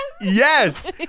Yes